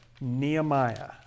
Nehemiah